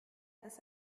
ist